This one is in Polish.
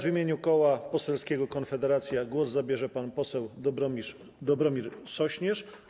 W imieniu Koła Poselskiego Konfederacja głos zabierze pan poseł Dobromir Sośnierz.